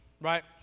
right